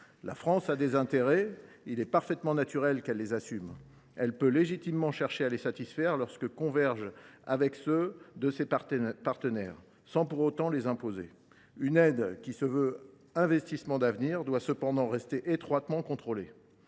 La France a des intérêts ; il est parfaitement naturel qu’elle les assume. Elle peut légitimement chercher à les satisfaire, lorsqu’ils convergent avec ceux de ses partenaires, sans pour autant les imposer. Une aide qui se veut un investissement d’avenir doit toutefois rester étroitement contrôlée.